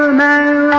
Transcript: man